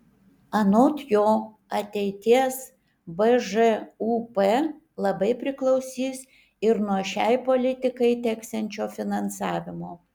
anot jo ateities bžūp labai priklausys ir nuo šiai politikai teksiančio finansavimo